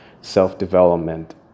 self-development